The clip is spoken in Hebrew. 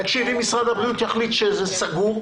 תקשיב, אם משרד הבריאות יחליט שזה סגור,